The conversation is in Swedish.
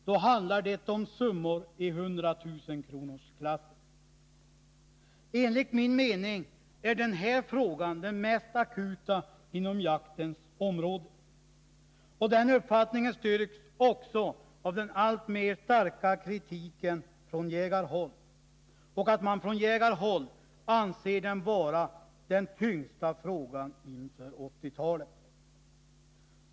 Då handiar det om summor i hundratusenkronorsklassen. Enligt min mening är den här frågan den mest akuta inom jaktens område, och den uppfattningen styrks också av den allt starkare kritiken från jägarhåll. På jägarhåll anser man den vara den tyngsta frågan inför 1980-talet.